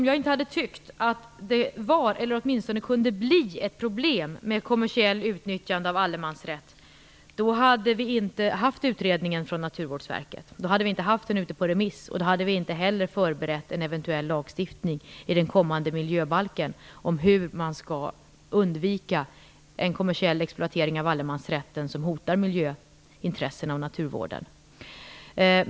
Om jag inte hade tyckt att det var, eller åtminstone kunde bli, ett problem med kommersiellt utnyttjande av allemansrätten hade vi inte haft utredningen från Naturvårdsverket. Då hade vi inte haft den ute på remiss, och då hade vi inte heller förberett en eventuell lagstiftning i den kommande miljöbalken om hur man skall undvika en kommersiell exploatering av allemansrätten som hotar miljöintressena och naturvården.